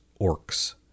orcs